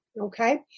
Okay